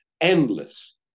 endless